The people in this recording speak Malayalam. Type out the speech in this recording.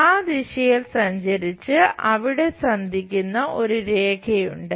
ആ ദിശയിൽ സഞ്ചരിച്ച് അവിടെ സന്ധിക്കുന്ന ഒരു രേഖ ഉണ്ട്